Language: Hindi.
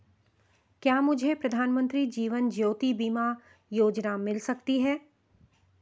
क्या मुझे प्रधानमंत्री जीवन ज्योति बीमा योजना मिल सकती है?